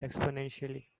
exponentially